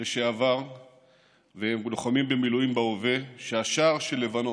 לשעבר ולוחמים במילואים בהווה שהשער של לבנון,